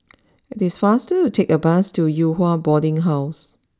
it's faster to take the bus to Yew Hua Boarding house